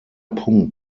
punkt